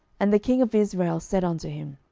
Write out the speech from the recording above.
and the king of israel said unto him,